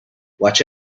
watch